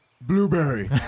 Blueberry